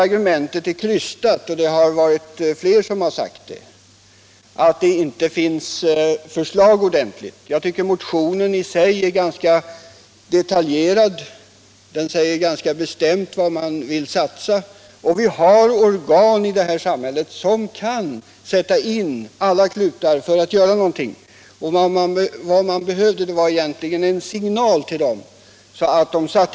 Argumentet att det inte finns tillräckligt med förslag tycker jag är krystat, och flera talare har sagt detsamma. Motionen är i sig ganska detaljerad och utsäger bestämt på vilka projekt man vill satsa. Vi har ju dessutom i det här samhället organ som kan sätta till alla klutar för att göra någonting, och vi behöver nu egentligen bara en signal till dem att göra det.